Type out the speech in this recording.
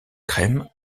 crème